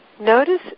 Notice